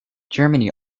germany